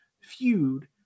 feud